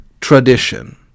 tradition